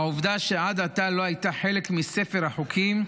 ושהעובדה שעד עתה לא הייתה חלק מספר החוקים,